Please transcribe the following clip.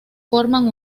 forman